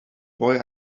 boy